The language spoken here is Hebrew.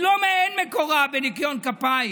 אין מקורה בניקיון כפיים,